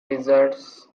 wizards